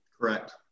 Correct